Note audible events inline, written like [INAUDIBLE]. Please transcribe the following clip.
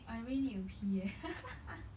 I really need to pee eh [LAUGHS]